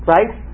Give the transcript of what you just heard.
Right